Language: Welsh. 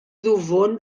ddwfn